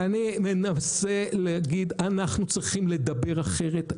אני מנסה להגיד שאנחנו צריכים לדבר אחרת,